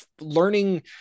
learning